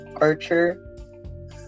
archer